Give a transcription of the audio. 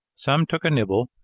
some took a nibble,